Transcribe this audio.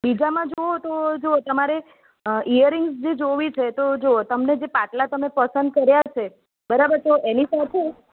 બીજામાં જુઓ તો જુઓ તમારે અઅ ઇયરિંગ્સ જે જોવી છે તો જુઓ તમને જે પાટલા તમે પસંદ કર્યા છે બરાબર તો એની સાથે